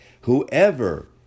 whoever